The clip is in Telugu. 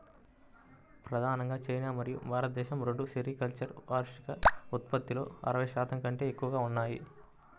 ప్రధానంగా చైనా మరియు భారతదేశం రెండూ సెరికల్చర్ వార్షిక ఉత్పత్తిలో అరవై శాతం కంటే ఎక్కువగా ఉన్నాయి